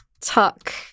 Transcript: Tuck